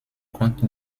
compte